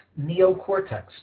neocortex